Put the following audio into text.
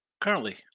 currently